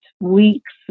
weeks